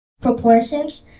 proportions